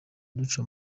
duca